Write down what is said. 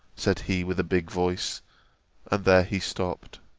said he with a big voice and there he stopped.